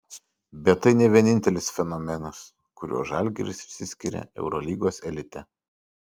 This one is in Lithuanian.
bet tai ne vienintelis fenomenas kuriuo žalgiris išskiria eurolygos elite